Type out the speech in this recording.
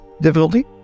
Difficulty